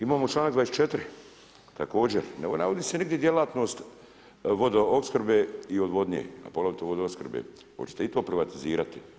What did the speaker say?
Imamo članak 24. također, ne navodi se nigdje djelatnost vodoopskrbe i odvodnje, a poglavito vodoopskrbe, hoćete i to privatizirati?